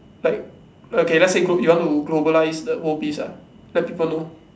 like okay let's say you want to globalise the world peace ah let people know